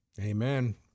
Amen